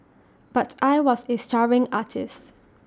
but I was A starving artist